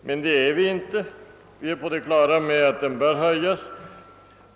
Men det är vi inte. Vi är på det klara med att den bör höjas.